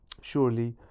Surely